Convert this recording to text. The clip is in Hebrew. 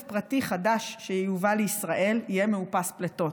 פרטי חדש שיובא לישראל יהיה מאופס פליטות.